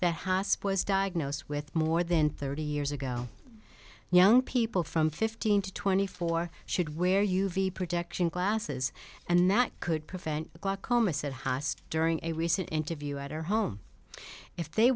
hosp was diagnosed with more than thirty years ago young people from fifteen to twenty four should wear u v protection glasses and that could prevent glaucoma said hyrst during a recent interview at her home if they